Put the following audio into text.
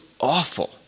awful